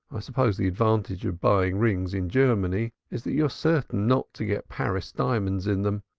i suppose the advantage of buying rings in germany is that you're certain not to get paris diamonds in them,